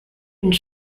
une